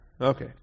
okay